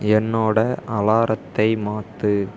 என்னோட அலாரத்தை மாற்று